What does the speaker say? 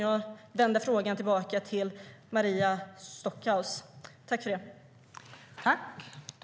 Jag vänder frågan tillbaka till Maria Stockhaus.